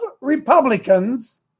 Republicans